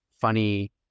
funny